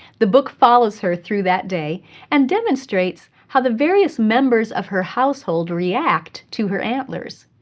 the book follows her through that day and demonstrates how the various members of her household react to her antlers.